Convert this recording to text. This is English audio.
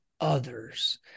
others